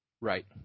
Right